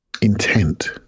intent